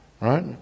Right